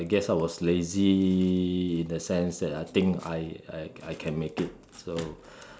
I guess I was lazy in the sense that I think I I I can make it so